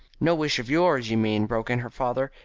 no wish of yours, you mean, broke in her father.